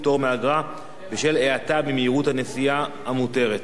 פטור מאגרה בשל האטה ממהירות הנסיעה המותרת),